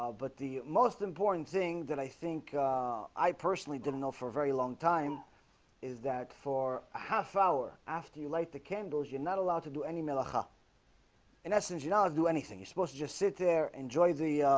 but the most important thing that i think i personally didn't know for a very long time is that? for a half hour after you light the candles. you're not allowed to do any meal aha in essence you know do anything you supposed to just sit there enjoy the